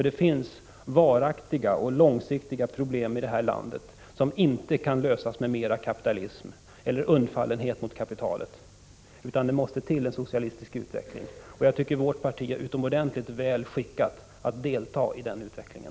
Det finns varaktiga och långsiktiga problem här i landet som inte kan lösas med mera kapitalism eller undfallenhet mot kapitalet. Det måste till en socialistisk utveckling, och jag tycker att vårt parti är utomordentligt väl skickat att delta i den utvecklingen.